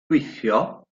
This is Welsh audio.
gweithio